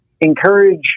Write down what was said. encourage